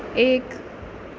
ایک